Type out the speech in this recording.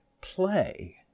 play